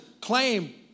claim